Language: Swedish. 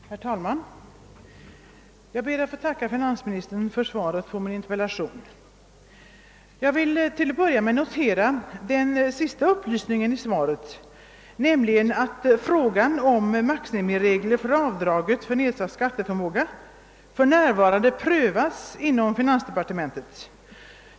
Herr talman! Jag ber att få tacka finansministern för svaret på min interpellation. Jag vill till att börja med notera den sista upplysningen i svaret, nämligen att frågan om maximiregler beträffande avdraget för nedsatt skatteförmåga för närvarande prövas inom finansdepartementet.